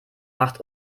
macht